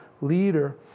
leader